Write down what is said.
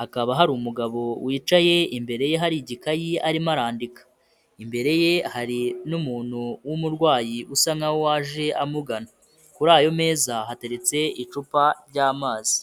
hakaba hari umugabo wicaye imbere ye hari igikayi arimo arandika, imbere ye hari n'umuntu w'umurwayi usa nkaho waje amugana, kuri ayo meza hateretse icupa ry'amazi.